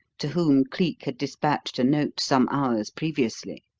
to whom cleek had dispatched a note some hours previously.